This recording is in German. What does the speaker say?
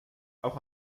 auch